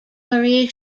marie